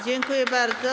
Dziękuję bardzo.